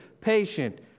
Patient